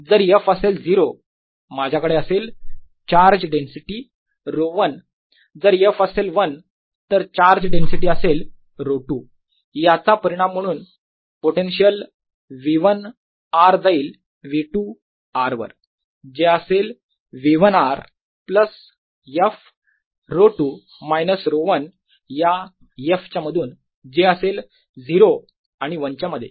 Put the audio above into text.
जर f असेल 0 माझ्याकडे असेल चार्ज डेन्सिटी ρ1 जर f असेल 1 तर चार्ज डेन्सिटी असेल ρ2 याचा परिणाम म्हणून पोटेन्शियल v1 r जाईल V2 r वर जे असेल v1 r plus f ρ2 minus ρ1 या f च्या मधून जे असेल 0 आणि 1 च्या मध्ये